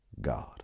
God